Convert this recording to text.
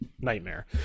Nightmare